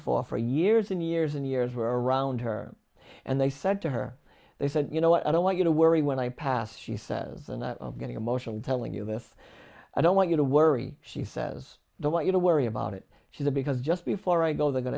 for for years and years and years were around her and they said to her they said you know what i don't want you to worry when i pass she says and i'm getting emotional telling you this i don't want you to worry she says the want you to worry about it to the because just before i go they're going